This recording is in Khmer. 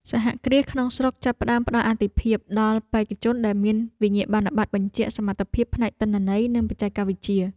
សហគ្រាសក្នុងស្រុកចាប់ផ្តើមផ្តល់អាទិភាពដល់បេក្ខជនដែលមានវិញ្ញាបនបត្របញ្ជាក់សមត្ថភាពផ្នែកទិន្នន័យនិងបច្ចេកវិទ្យា។